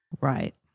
right